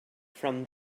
from